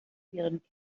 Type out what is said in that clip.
ihren